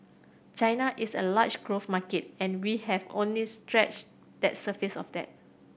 China is a large growth market and we have only scratched that surface of that